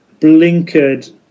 blinkered